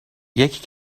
یکی